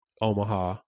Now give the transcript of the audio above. Omaha